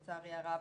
לצערי הרב,